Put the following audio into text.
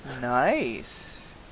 Nice